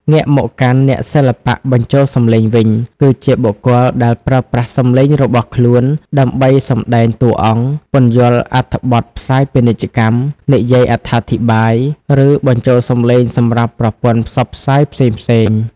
ងាកមកកាន់ អ្នកសិល្បៈបញ្ចូលសំឡេងវិញ គឺជាបុគ្គលដែលប្រើប្រាស់សំឡេងរបស់ខ្លួនដើម្បីសម្ដែងតួអង្គ ពន្យល់អត្ថបទផ្សាយពាណិជ្ជកម្ម និយាយអត្ថាធិប្បាយ ឬបញ្ចូលសំឡេងសម្រាប់ប្រព័ន្ធផ្សព្វផ្សាយផ្សេងៗ។